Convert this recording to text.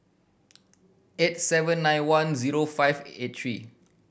eight seven nine one zero five eight three